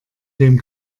dem